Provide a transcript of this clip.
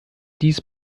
dies